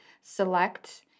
select